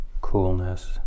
coolness